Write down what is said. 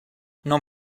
non